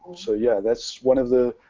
so yeah, that's one of the,